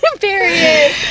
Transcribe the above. period